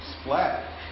Splat